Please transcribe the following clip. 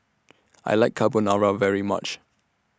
I like Carbonara very much